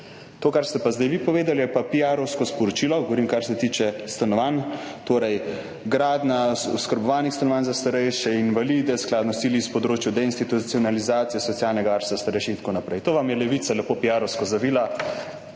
To, kar ste pa zdaj vi povedali, je pa piarovsko sporočilo, govorim, kar se tiče stanovanj, torej gradnja oskrbovanih stanovanj za starejše, invalide, skladno s cilji s področja deinstitucionalizacije, socialnega varstva starejših in tako naprej. To vam je Levica lepo piarovsko zavila.